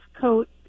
coat